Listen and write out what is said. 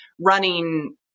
running